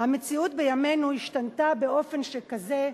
המציאות בימינו השתנתה באופן שכזה,